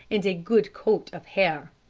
and a good coat of hair.